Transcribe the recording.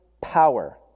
power